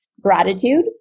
gratitude